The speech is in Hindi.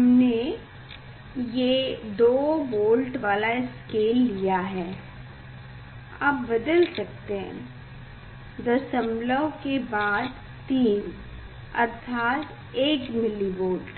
हमने ये 2volt वाला स्केल लिया है आप बदल सकते हैं दशमलव के बाद 3 अर्थात 1मिलिवोल्ट